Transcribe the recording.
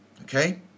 Okay